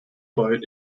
boat